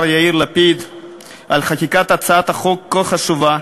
יאיר לפיד על חקיקת הצעת חוק כה חשובה.